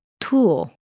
tool